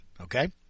Okay